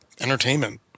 entertainment